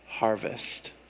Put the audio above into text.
harvest